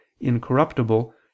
incorruptible